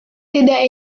tidak